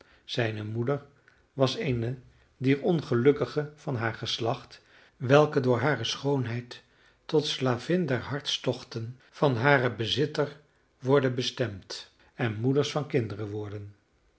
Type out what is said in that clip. zijne moeder was eene dier ongelukkigen van haar geslacht welke door hare schoonheid tot slavin der hartstochten van haren bezitter worden bestemd en moeders van kinderen worden